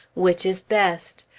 which is best?